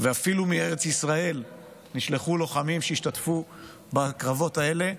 אפילו מארץ ישראל נשלחו לוחמים שהשתתפו בקרבות האלה.